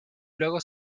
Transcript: luego